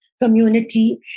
community